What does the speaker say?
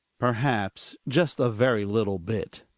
perhaps just a very little bit.